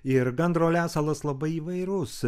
ir gandro lesalas labai įvairus